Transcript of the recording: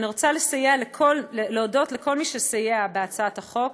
אני רוצה להודות לכל מי שסייע בהכנת הצעת החוק